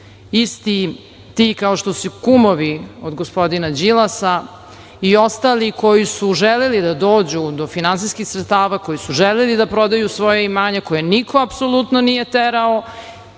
isti ti kao što su kumovi od gospodina Đilasa i ostali koji su želeli da dođu do finansijskih sredstava, koji su želeli da prodaju svoja imanja, koje niko apsolutno nije terao,